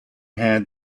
had